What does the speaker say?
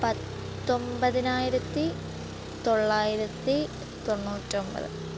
പത്തൊമ്പതിനായിരത്തി തൊള്ളായിരത്തി തൊണ്ണൂറ്റൊമ്പത്